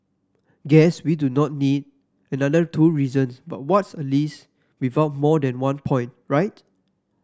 guess we do not need another two reasons but what's a list without more than one point right